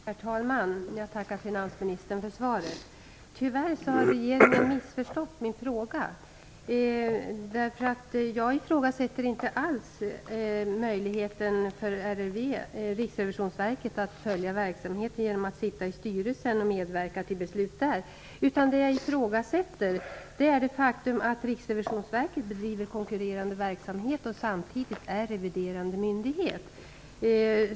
Herr talman! Jag tackar finansministern för svaret. Tyvärr har regeringen missförstått min fråga. Jag ifrågasätter inte alls möjligheten för RRV, Riksrevisionsverket, att följa verksamheten genom att sitta i styrelsen och medverka till beslut där. Jag ifrågasätter det faktum att Riksrevisionsverket bedriver konkurrerande verksamhet och samtidigt är reviderande myndighet.